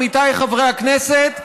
עמיתיי חברי הכנסת,